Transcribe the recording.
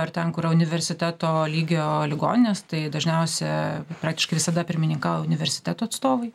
ar ten kur universiteto lygio ligoninės tai dažniausia praktiškai visada pirmininkauja universiteto atstovai